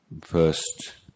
first